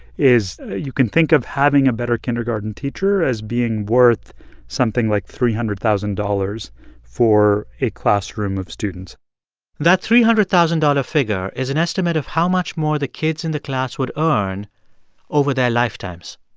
is you can think of having a better kindergarten teacher as being worth something like three hundred thousand dollars for a classroom of students that three hundred thousand dollars figure is an estimate of how much more the kids in the class would earn over their lifetimes.